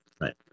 Right